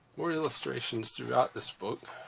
more illustrations throughout this book.